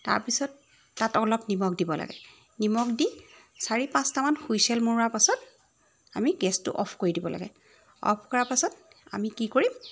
তাৰপিছত তাত অলপ নিমখ দিব লাগে নিমখ দি চাৰি পাঁচটা মান হুইচেল মৰোৱাৰ পাছত আমি গেছটো অ'ফ কৰি দিব লাগে অ'ফ কৰাৰ পাছত আমি কি কৰিম